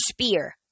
spear